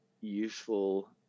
useful